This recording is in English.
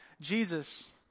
Jesus